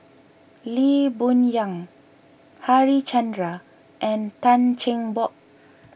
Lee Boon Yang Harichandra and Tan Cheng Bock